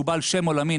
שהוא בעל שם עולמי,